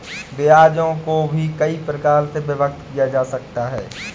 ब्याजों को भी कई प्रकार से विभक्त किया जा सकता है